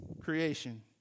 creation